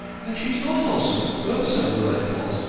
and she is not wholesome, whosever word it was.